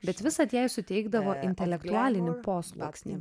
bet visad jai suteikdavo intelektualinį posluoksnį